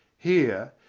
here,